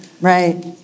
Right